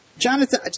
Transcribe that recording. Jonathan